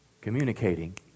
communicating